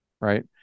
right